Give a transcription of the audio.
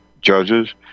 judges